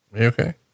Okay